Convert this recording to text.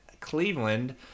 Cleveland